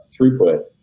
throughput